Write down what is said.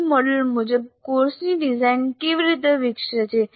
ADDIE model મુજબ કોર્સની design કેવી રીતે વિકસે છે